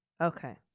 Okay